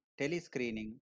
telescreening